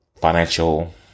financial